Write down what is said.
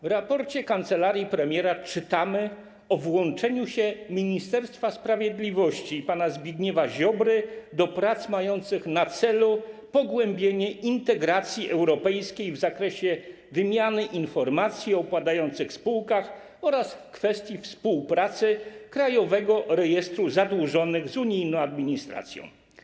W raporcie kancelarii premiera czytamy o włączeniu się Ministerstwa Sprawiedliwości pana Zbigniewa Ziobry do prac mających na celu pogłębienie integracji europejskiej w zakresie wymiany informacji o upadających spółkach oraz kwestii współpracy Krajowego Rejestru Zadłużonych z unijną administracją.